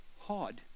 hard